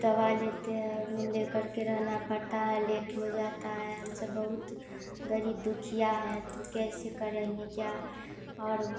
दवा लेते हैं रूम लेकर के रहना पड़ता है लेट हो जाता है हम सब बहुत गरीब दुखिया हैं तो कैसे करेंगे क्या और